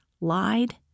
lied